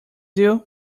you